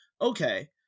okay